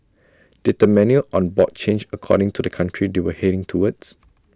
did the menu on board change according to the country they were heading towards